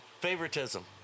favoritism